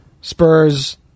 Spurs